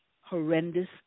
horrendous